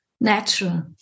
natural